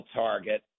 target